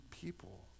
people